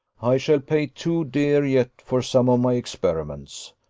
i shall pay too dear yet for some of my experiments.